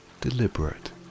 deliberate